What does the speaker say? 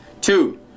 Two